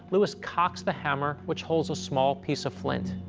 lewis cocks the hammer, which holds a small piece of flint.